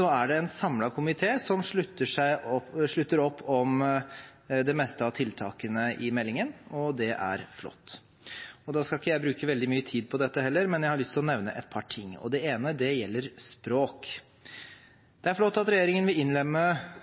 er det en samlet komité som slutter opp om de fleste av tiltakene i meldingen, og det er flott. Da skal ikke jeg bruke veldig mye tid på dette heller, men jeg har lyst til å nevne et par ting. Det ene gjelder språk. Det er flott at regjeringen vil innlemme